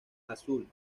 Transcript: azul